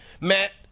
Matt